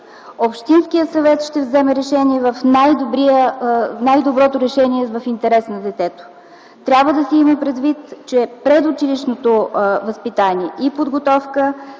Общинският съвет ще вземе най-доброто решение в интерес на детето. Трябва да се има предвид, че предучилищното възпитание и подготовка